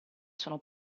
sono